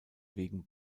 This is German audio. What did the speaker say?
wegen